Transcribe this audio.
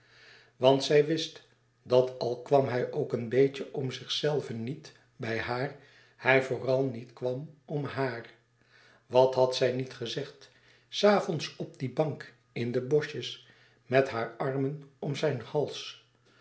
want zij wist dat al kwam hij ook een beetje om zichzelven niet bij haar hij vooral niet kwam om haar wat had zij niet gezegd s avonds op die bank in de boschjes met haar armen om zijn hals